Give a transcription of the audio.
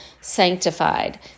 sanctified